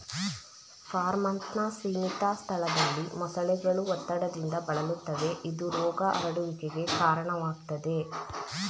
ಫಾರ್ಮ್ನಂತ ಸೀಮಿತ ಸ್ಥಳದಲ್ಲಿ ಮೊಸಳೆಗಳು ಒತ್ತಡದಿಂದ ಬಳಲುತ್ತವೆ ಇದು ರೋಗ ಹರಡುವಿಕೆಗೆ ಕಾರಣವಾಗ್ತದೆ